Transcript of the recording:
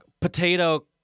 potato